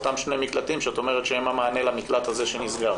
אותם שני מקלטים שאת אומרת שהם המענה למקלט הזה שנסגר.